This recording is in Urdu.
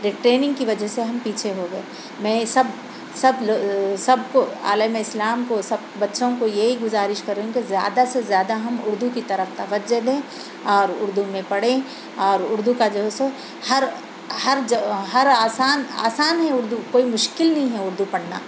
ٹریننگ کی وجہ سے ہم پیچھے ہو گئے میں یہ سب سب سب کو عالمِ اسلام کو سب بچوں کو یہ گزارش کروں کہ زیادہ سے زیادہ ہم اُردو کی طرف توجہ دیں اور اُردو میں پڑھیں اور اُردو کا جو سو ہر ہر ہر آسان آسان ہے اُردو کوئی مشکل نہیں ہے اُردو پڑھنا